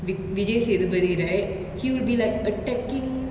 vijay sethupathi right he will be like attacking